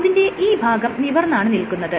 അതിന്റെ ഈ ഭാഗം നിവർന്നാണ് നിൽക്കുന്നത്